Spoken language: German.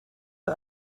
der